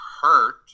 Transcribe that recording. hurt